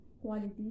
quality